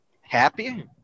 happy